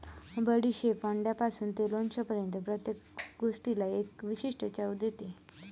बडीशेप अंड्यापासून ते लोणच्यापर्यंत प्रत्येक गोष्टीला एक विशिष्ट चव देते